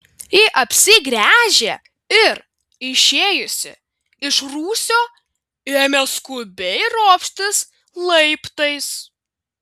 ji apsigręžė ir išėjusi iš rūsio ėmė skubiai ropštis laiptais